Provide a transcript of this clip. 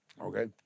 Okay